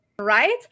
Right